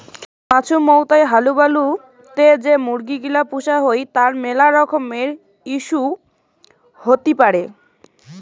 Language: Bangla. মাছুমৌতাই হালুবালু তে যে মুরগি গিলা পুষা হই তার মেলা রকমের ইস্যু হতি পারে